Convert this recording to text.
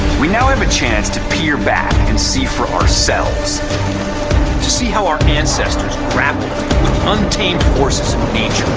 we now have a chance to be your back and see for ourselves to see how our ancestors rapid untamed horses age